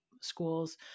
schools